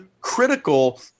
critical